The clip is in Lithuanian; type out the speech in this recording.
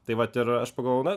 tai vat ir aš pagalvojau na